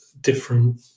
different